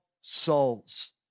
souls